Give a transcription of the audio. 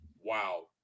Wow